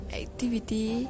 activity